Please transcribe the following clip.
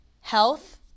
health